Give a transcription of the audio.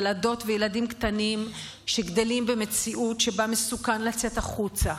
ילדות וילדים קטנים שגדלים במציאות שבה מסוכן לצאת החוצה,